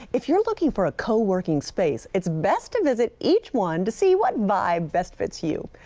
if you're looking for a co-working space, it's best to visit each one to see what vibe best fits you.